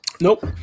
Nope